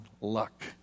luck